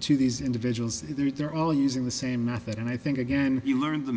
to these individuals that they're all using the same method and i think again you learn the